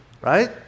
right